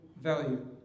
value